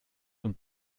und